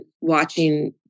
watching